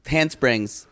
Handsprings